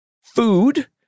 food